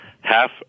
Half